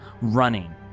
running